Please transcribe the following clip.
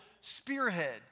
spearhead